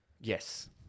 Yes